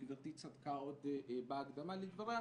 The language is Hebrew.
וגברתי צדקה עוד בהקדמה לדבריה,